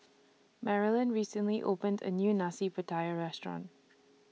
Marilynn recently opened A New Nasi Pattaya Restaurant